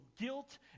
guilt